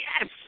yes